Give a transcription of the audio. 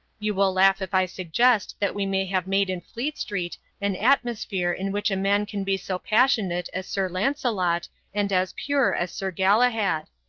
you will laugh if i suggest that we may have made in fleet street an atmosphere in which a man can be so passionate as sir lancelot and as pure as sir galahad.